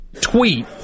tweet